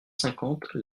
cinquante